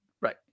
Right